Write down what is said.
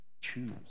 choose